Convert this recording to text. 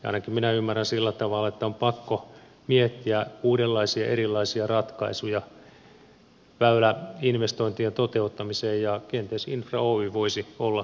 ainakin minä ymmärrän sillä tavalla että on pakko miettiä uudenlaisia erilaisia ratkaisuja väyläinvestointien toteuttamiseen ja kenties infra oy voisi olla yksi sellainen